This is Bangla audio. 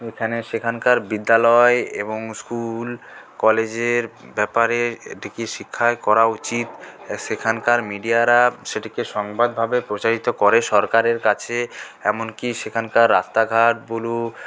এখানে সেখানকার বিদ্যালয় এবং স্কুল কলেজের ব্যাপারে এটিকে স্বীকার করা উচিত সেখানকার মিডিয়ারা সেটিকে সংবাদভাবে প্রচারিত করে সরকারের কাছে এমনকি সেখানকার রাস্তাঘাট বলু